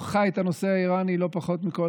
הוא חי את הנושא האיראני לא פחות מכל